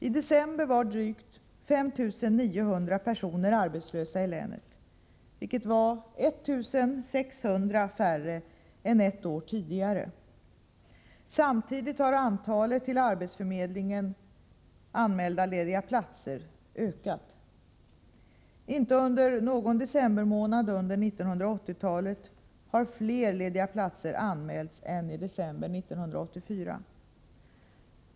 I december var drygt 5 900 personer arbetslösa i länet, vilket var 1 600 färre än ett år tidigare. Samtidigt har antalet till arbetsförmedlingen anmälda lediga platser ökat. Inte under någon decembermånad under 1980-talet har fler lediga platser anmälts än i december 1984.